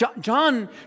John